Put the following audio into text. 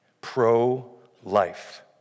pro-life